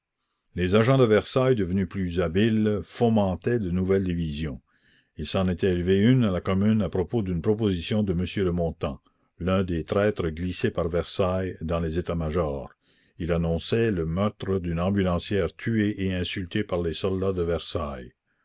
les agents de versailles devenus plus habiles fomentaient de nouvelles divisions il s'en était élevé une à la commune à propos d'une proposition de m de montant l'un des traîtres glissés par versailles dans les états majors il annonçait le la commune meurtre d'une ambulancière tuée et insultée par les soldats de versailles